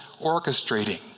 orchestrating